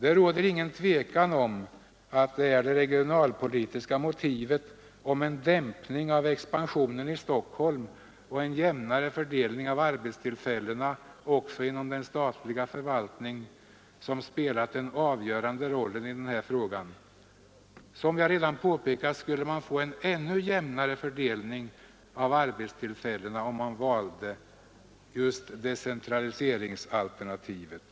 Det råder inget tvivel om att det är det regionalpolitiska motivet — en dämpning av expansionen i Stockholm och en jämnare fördelning av arbetstillfällena också inom den statliga förvaltningen — som spelat den avgörande rollen i den här frågan. Som jag redan påpekat skulle man få en ännu jämnare fördelning av arbetstillfällena om man valde decentraliseringsalternativet.